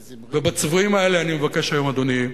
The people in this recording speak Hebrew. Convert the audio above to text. ובצבועים האלה אני מבקש היום, אדוני,